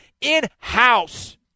in-house